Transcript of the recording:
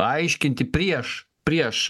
aiškinti prieš prieš